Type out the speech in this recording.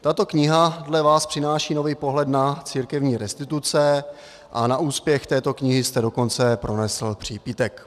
Tato kniha dle vás přináší nový pohled na církevní restituce a na úspěch této knihy jste dokonce pronesl přípitek.